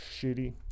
shitty